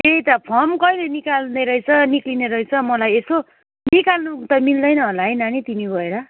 त्यही त फर्म कहिले निकाल्ने रहेछ निस्किने रहेछ मलाई यसो निकाल्नु त मिल्दैन होला है नानी तिमी गएर